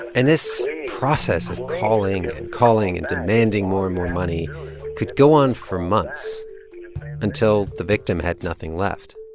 and this process of calling and calling and demanding more and more money could go on for months until the victim had nothing left